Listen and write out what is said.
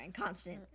constant